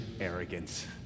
arrogance